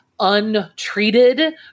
Untreated